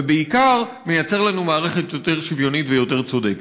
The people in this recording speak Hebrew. ובעיקר מייצר לנו מערכת יותר שוויונית ויותר צודקת.